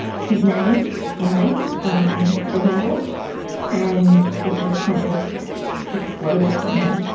his name, his full name um and his twitter handle and it just kind of exploded from there.